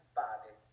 body